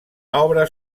obra